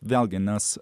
vėlgi nes